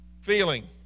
feeling